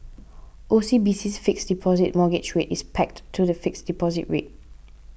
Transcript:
O C B C's Fixed Deposit Mortgage Rate is pegged to the fixed deposit rate